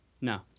No